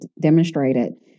demonstrated